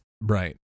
Right